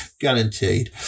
Guaranteed